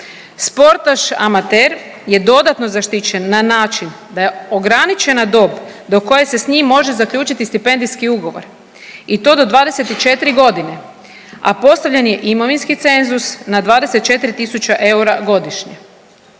Sportaš amater je dodatno zaštićen na način da ograničena dob do koje se s njim može zaključiti stipendijski ugovor i to do 24 godine, a postavljen je imovinski cenzus na 24.000 eura godišnje.